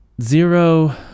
zero